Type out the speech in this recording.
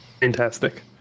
Fantastic